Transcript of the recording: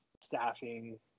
staffing